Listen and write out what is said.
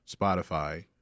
Spotify